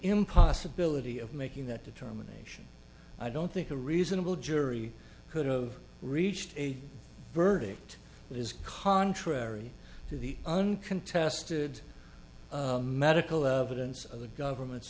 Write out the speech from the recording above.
impossibility of making that determination i don't think a reasonable jury could of reached a verdict that is contrary to the uncontested medical evidence of the government